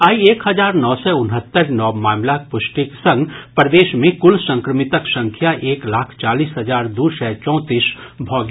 आइ एक हजार नओ सय उनहत्तरि नव मामिलाक पुष्टिक संग प्रदेश मे कुल संक्रमितक संख्या एक लाख चालीस हजार दू सय चौतीस भऽ गेल